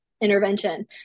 intervention